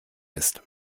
ist